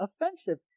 offensive